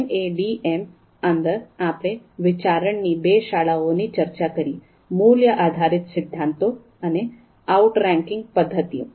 એમએડીએમની અંદર આપણે વિચારણાની બે શાળાઓની ચર્ચા કરી મૂલ્ય આધારિત સિદ્ધાંતો અને આઉટરીંકિંગ પદ્ધતિઓ